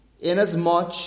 Inasmuch